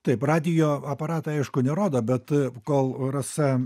taip radijo aparatai aišku nerodo bet kol rasa